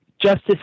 Justice